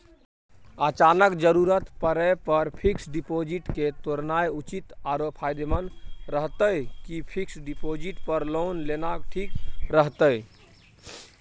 अचानक जरूरत परै पर फीक्स डिपॉजिट के तोरनाय उचित आरो फायदामंद रहतै कि फिक्स डिपॉजिट पर लोन लेनाय ठीक रहतै?